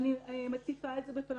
אני מציפה את זה בפניו,